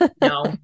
No